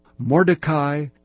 Mordecai